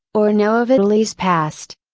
or know of italy's past.